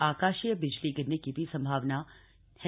आकाशीय बिजली गिरने की भी संभावना है